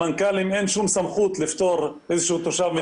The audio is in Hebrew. למנכ"לים אין שום סמכות לפטור איזשהו תושב מתשלום.